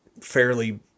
fairly